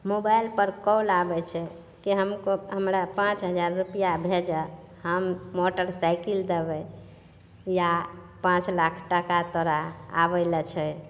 मोबाइलपर कॉल आबै छै कि हमको हमरा पाँच हजार रुपैआ भेजऽ हम मोटरसाइकिल देबै या पाँच लाख टाका तोरा आबैलए छै